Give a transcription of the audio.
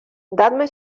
dadme